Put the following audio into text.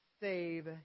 Save